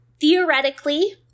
theoretically